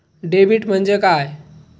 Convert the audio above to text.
Debit म्हणजे काय?